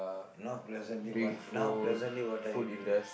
now presently one now presently what are you doing